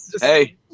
Hey